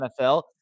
NFL